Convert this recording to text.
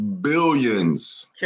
billions